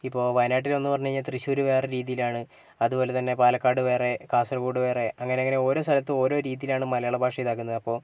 ഇപ്പോൾ വയനാട്ടിൽ ഒന്ന് പറഞ്ഞുകഴിഞ്ഞാൽ തൃശ്ശൂർ വേറെ രീതിയിലാണ് അതുപോലെ തന്നെ പാലക്കാട് വേറെ കാസർഗോഡ് വേറെ അങ്ങനെ അങ്ങനെ ഓരോ സ്ഥലത്തും ഓരോ രീതിയിലാണ് മലയാള ഭാഷ ഇതാക്കുന്നത് അപ്പോൾ